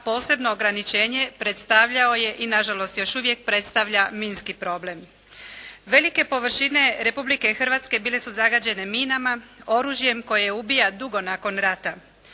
posebno ograničenje predstavljao je i na žalost još uvijek predstavlja minski problem. Velike površine Republike Hrvatske bile su zagađene minama, oružjem koje ubija dugo nakon rata.